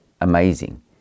amazing